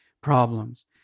problems